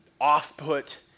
off-put